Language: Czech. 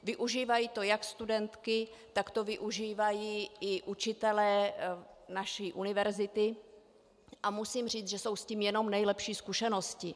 Využívají to jak studentky, tak to využívají učitelé naší univerzity a musím říct, že jsou s tím jenom nejlepší zkušenosti.